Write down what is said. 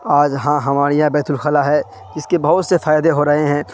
آج ہاں ہمارے یہاں بیت الخلا ہے جس کے بہت سے فائدے ہو رہے ہیں